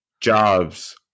jobs